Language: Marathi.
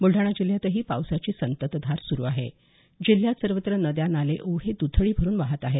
बुलडाणा जिल्ह्यातही पावसाची संततधार सुरू आहे जिल्ह्यात सर्वत्र नद्या नाले ओढे द्रथडी भरून वाहत आहेत